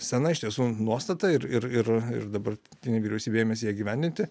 sena iš tiesų nuostata ir ir ir dabartinė vyriausybė ėmėsi ją įgyvendinti